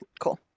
cool